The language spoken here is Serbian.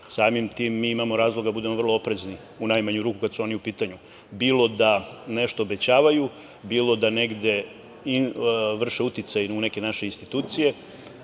samim tim mi imamo razloga da budemo vrlo oprezni, u najmanju ruku, kad su oni u pitanju, bilo da nešto obećavaju, bilo da negde vrše uticaj u neke naše institucije,